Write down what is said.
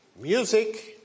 music